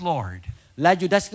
Lord